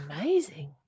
amazing